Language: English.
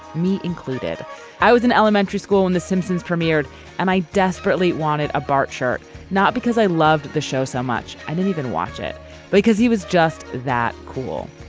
me included i was in elementary school and the simpsons premiered and i desperately wanted a bart shirt not because i loved the show so much. i didn't even watch it because he was just that cool.